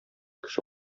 кеше